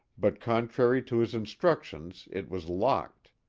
but contrary to his instructions it was locked.